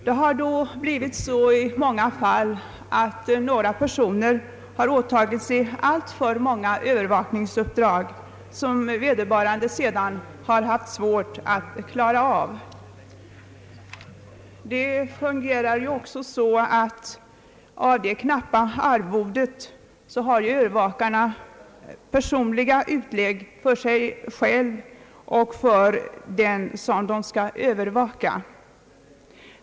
Det har då i flera fall blivit så att några personer har åtagit sig alltför många övervakningsuppdrag, som vederbörande sedan har haft svårt att klara av. Det har ju också fungerat så att övervakarna haft att av det knappa arvodet betala personliga utlägg för sig själva och för dem som de skall övervaka.